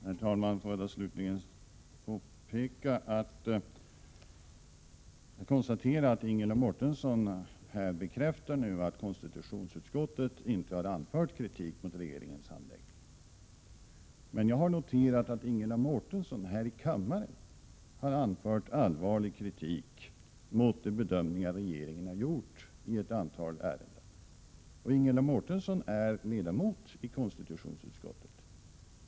Herr talman! Får jag slutligen konstatera att Ingela Mårtensson nu här har bekräftat att konstitutionsutskottet inte anfört kritik mot regeringens handläggning. Jag har emellertid noterat att Ingela Mårtensson här i kammaren har anfört allvarlig kritik mot de bedömningar regeringen har gjort i ett antal ärenden. Ingela Mårtensson är ledamot av konstitutionsutskottet.